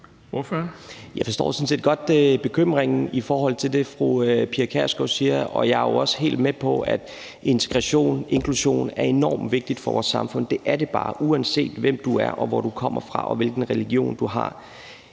set godt bekymringen i forhold til det, fru Pia Kjærsgaard siger, og jeg er jo også helt med på, at integration, inklusion, er enormt vigtig for vores samfund. Det er det bare, uanset hvem du er, hvor du kommer fra, og hvilken religion du har.